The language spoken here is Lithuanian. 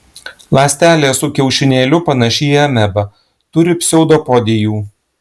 ląstelė su kiaušinėliu panaši į amebą turi pseudopodijų